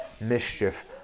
mischief